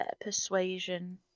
Persuasion